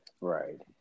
Right